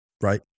right